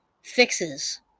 fixes